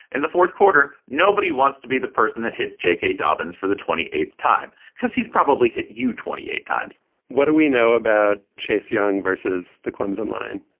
in the fourth quarter. nobody wants to be the person that hits jake dobbins for the twenty eighth time because he's probably hit you twenty eight times what do we know about chase young versus the clemson line?